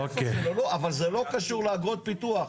אבל זה לא קשור לאגרות פיתוח.